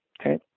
okay